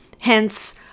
Hence